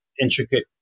intricate